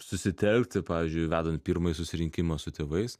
susitelkti pavyzdžiui vedant pirmąjį susirinkimą su tėvais